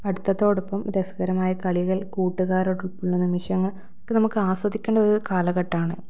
പഠിത്തത്തോടൊപ്പം രസകരമായ കളികൾ കൂട്ടുകാരോടൊപ്പം ഉള്ള നിമിഷങ്ങൾ അതൊക്കെ നമുക്ക് ആസ്വദിക്കേണ്ട ഒരു കാലഘട്ടമാണ്